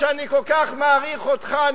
שאני כל כך מעריך אותך,